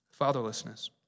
Fatherlessness